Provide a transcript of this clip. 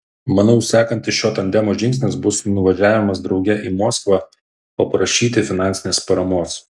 manau sekantis šio tandemo žingsnis bus nuvažiavimas drauge į moskvą paprašyti finansinės paramos